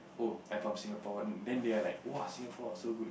oh I'm from Singapore then they are like !wah! Singapore so good